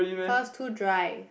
cause too dry